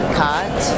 cut